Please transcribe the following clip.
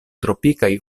tropikaj